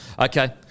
Okay